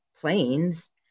planes